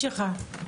שלום,